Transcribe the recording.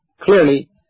clearly